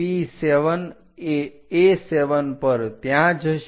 P7 એ A7 પર ત્યાં જશે